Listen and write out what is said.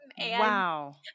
Wow